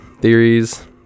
theories